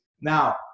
Now